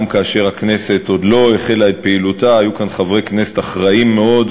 גם כאשר הכנסת עוד לא החלה את פעילותה היו כאן חברי כנסת אחראיים מאוד,